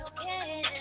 okay